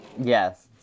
Yes